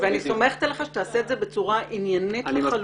אני סומכת עליך שתעשה את זה בצורה עניינית לחלוטין.